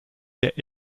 der